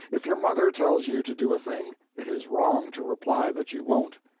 if your mother tells you to do a thing, it is wrong to reply that you won't.